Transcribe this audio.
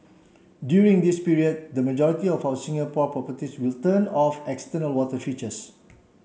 during this period the majority of our Singapore properties will turn off external water features